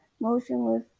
motionless